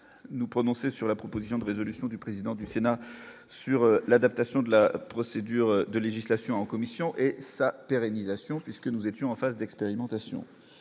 nous prononcer sur la proposition de résolution du président du Sénat sur l'adaptation de la procédure de législation en commission et ça pérennisation puisque nous étions en phase d'expérimentation,